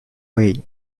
way